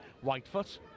whitefoot